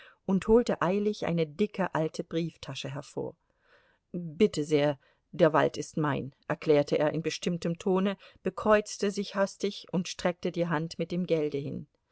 und holte eilig eine dicke alte brieftasche hervor bitte sehr der wald ist mein erklärte er in bestimmtem tone bekreuzte sich hastig und streckte die hand mit dem gelde hin